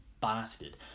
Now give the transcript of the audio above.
bastard